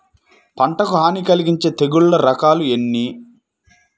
పంటకు హాని కలిగించే తెగుళ్ళ రకాలు ఎన్ని?